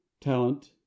talent